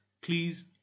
Please